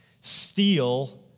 Steal